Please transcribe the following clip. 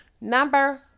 Number